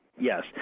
yes